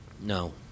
No